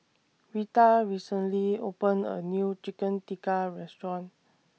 Retha recently opened A New Chicken Tikka Restaurant